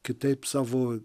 kitaip savo